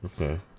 Okay